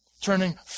Turning